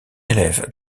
élève